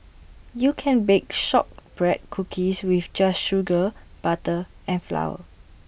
you can bake Shortbread Cookies just with sugar butter and flour